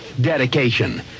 dedication